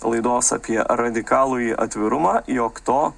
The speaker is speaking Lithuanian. laidos apie radikalųjį atvirumą jog to